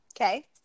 Okay